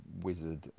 wizard